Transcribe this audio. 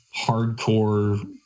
hardcore